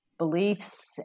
beliefs